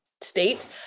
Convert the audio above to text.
state